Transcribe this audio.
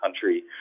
country